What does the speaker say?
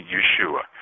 Yeshua